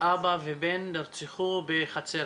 אבא ובן נרצחו בחצר